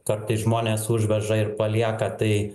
kartais žmonės užveža ir palieka tai